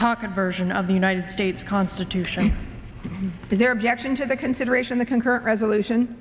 pocket version of the united states constitution is there objection to the consideration the concurrent resolution